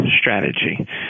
strategy